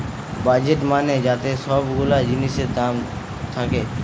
budget মানে যাতে সব গুলা জিনিসের দাম থাকে